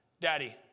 daddy